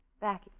Back